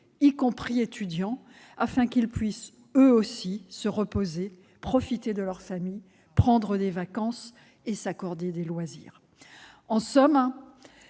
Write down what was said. y compris étudiants, afin qu'ils puissent eux aussi se reposer, profiter de leur famille, prendre des vacances et s'accorder des loisirs : retrouver,